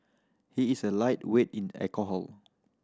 he is a lightweight in alcohol